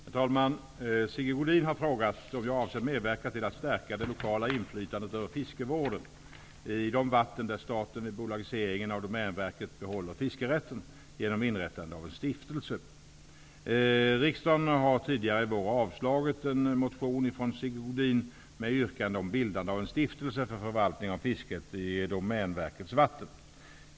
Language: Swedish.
Herr talman! Sigge Godin har frågat mig om jag avser medverka till att stärka det lokala inflytandet över fiskevården, i de vatten där staten vid bolagiseringen av Domänverket behåller fiskerätten, genom inrättande av en stiftelse. Riksdagen har tidigare i vår avslagit en motion från Sigge Godin med yrkande om bildande av en stiftelse för förvaltning av fisket i Domänverkets vatten.